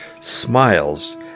smiles